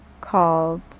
called